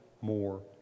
more